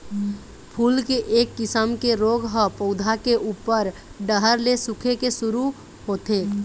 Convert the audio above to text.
फूल के एक किसम के रोग ह पउधा के उप्पर डहर ले सूखे के शुरू होथे